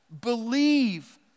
Believe